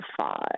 five